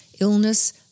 illness